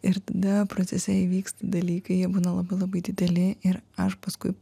ir tada procese įvyksta dalykai jie būna labai labai dideli ir aš paskui